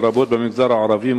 לרבות במגזר הערבי,